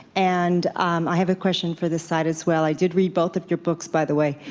and um i have a question for this side as well. i did read both of your books, by the way,